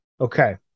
Okay